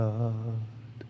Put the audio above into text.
God